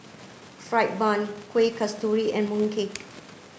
fried bun Kuih Kasturi and Mooncake